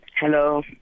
Hello